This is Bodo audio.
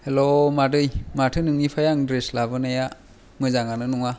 हेल' मादै माथो नोंनिफ्राय आं द्रेस लाबोनाया मोजांआनो नङा